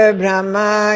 brahma